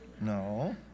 No